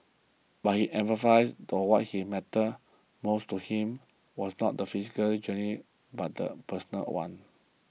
but he emphasised that what he mattered most to him was not the physical journey but the personal one